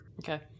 Okay